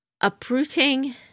uprooting